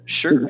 sure